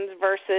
versus